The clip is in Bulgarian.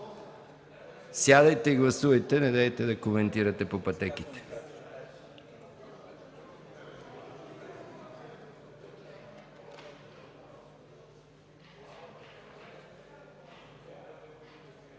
Сядайте и гласувайте, недейте да коментирате по пътеките.